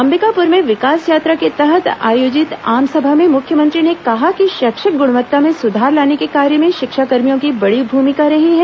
अंबिकापुर में विकास यात्रा के तहत आयोजित आसमभा में मुख्यमंत्री ने कहा कि शैक्षिक गृणवत्ता में सुधार लाने के कार्य में शिक्षाकर्मियों की बड़ी भूमिका रही है